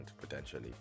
potentially